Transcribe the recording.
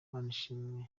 manishimwe